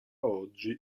oggi